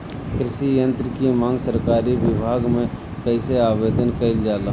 कृषि यत्र की मांग सरकरी विभाग में कइसे आवेदन कइल जाला?